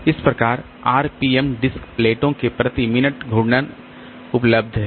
इस प्रकार RPM disc प्लेटों के लिए प्रति मिनट घूर्णन उपलब्ध है